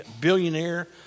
Billionaire